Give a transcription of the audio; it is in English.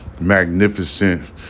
magnificent